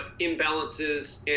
imbalances